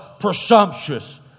Presumptuous